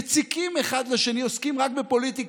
מציקים אחד לשני, עוסקים רק בפוליטיקה.